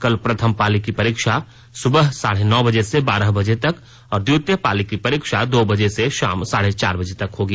कल प्रथम पाली की परीक्षा सुबह साढ़े नौ बजे से बारह बजे तक और द्वितीय पाली की परीक्षा दो बजे से शाम साढ़े चार बजे तक होगी